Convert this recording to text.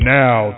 now